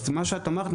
את מה שאת אמרת,